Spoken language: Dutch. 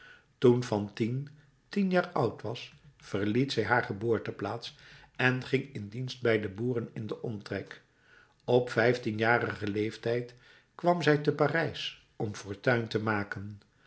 toen fantine tien jaar oud was verliet zij haar geboorteplaats en ging in dienst bij de boeren in den omtrek op vijftienjarigen leeftijd kwam zij te parijs om fortuin te maken